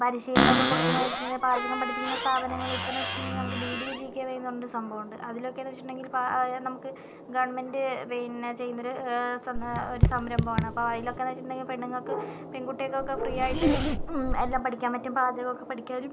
പരിശീലനമൊക്കെ കൊടുക്കുക എന്ന് വെച്ചുകഴിഞ്ഞാൽ ഇപ്പോൾ പാചകം പഠിപ്പിക്കണ സ്ഥാപനങ്ങള് ഇപ്പോന്ന് വെച്ചിട്ടിണ്ടെങ്കില് നമുക്ക് D D U G K Y എന്ന് പറഞ്ഞൊരു സംഭവമുണ്ട് അതിലൊക്കെന്ന് വെച്ചിട്ടുണ്ടെങ്കിൽ ഇപ്പം പിന്നെ ചെയ്യുന്നോര് സം ഒരു സംരംഭമാണ് അപ്പം അതിലൊക്കെന്ന് വെച്ചിട്ടിണ്ടെങ്കിൽ പെണ്ണുങ്ങൾക്ക് പെൺകുട്ടികൾക്കൊക്കെ ഫ്രീയായിട്ട് എല്ലാം പഠിക്കാൻ പറ്റും പാചകവും ഒക്കെ പഠിക്കാൻ